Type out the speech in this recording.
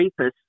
rapists